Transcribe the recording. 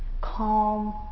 calm